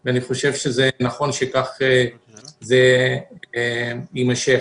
אני חושב שנכון שכך זה יימשך.